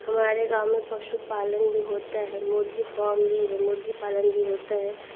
हमारे गाँव में पशु पालन भी होता है मुर्गी फॉर्म भी है मुर्गी पालन भी होता है